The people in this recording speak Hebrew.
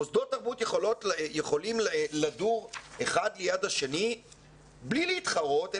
מוסדות תרבות יכולים לדור אחד ליד השני בלי להתחרות,